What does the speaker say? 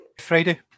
Friday